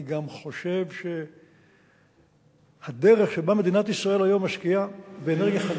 אני גם חושב שהדרך שבה מדינת ישראל היום משקיעה באנרגיה,